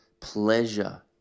pleasure